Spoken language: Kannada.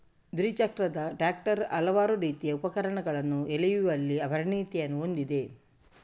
ದ್ವಿಚಕ್ರದ ಟ್ರಾಕ್ಟರ್ ಹಲವಾರು ರೀತಿಯ ಉಪಕರಣಗಳನ್ನು ಎಳೆಯುವಲ್ಲಿ ಪರಿಣತಿಯನ್ನು ಹೊಂದಿದೆ